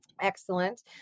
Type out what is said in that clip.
Excellent